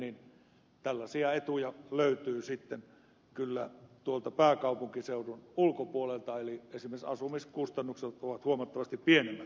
niin tällaisia etuja löytyy sitten kyllä tuolta pääkaupunkiseudun ulkopuolelta eli esimerkiksi asumiskustannukset ovat huomattavasti pienemmät